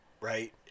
right